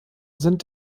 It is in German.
sind